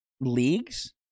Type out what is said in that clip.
Leagues